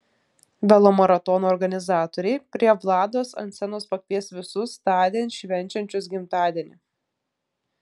velomaratono organizatoriai prie vlados ant scenos pakvies visus tądien švenčiančius gimtadienį